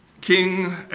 King